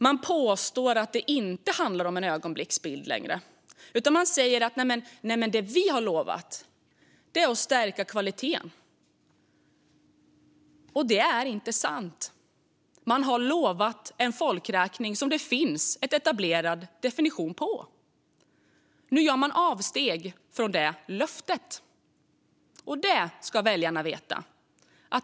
Man påstår att det inte handlar om en ögonblicksbild längre utan säger att det man har lovat är att stärka kvaliteten. Det är inte sant. Man har utlovat en folkräkning, som det finns en etablerad definition av. Nu gör man avsteg från det löftet, och det ska väljarna veta.